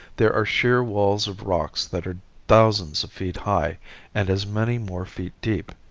there are sheer walls of rocks that are thousands of feet high and as many more feet deep,